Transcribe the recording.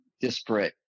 disparate